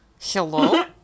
Hello